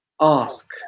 ask